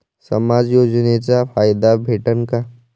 समाज योजनेचा फायदा भेटन का?